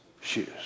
shoes